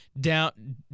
down